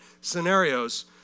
scenarios